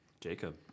Jacob